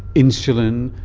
insulin,